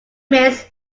miss